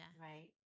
right